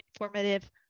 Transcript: informative